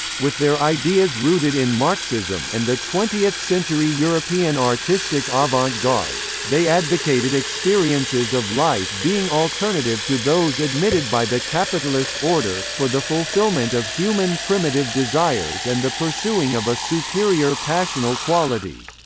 with their ideas rooted in marxism and the twentieth century european artistic avant-gardes, they advocated experiences of life being alternative to those admitted by the capitalist order, for the fulfillment of human primitive desires and the pursuing of a superior passional quality.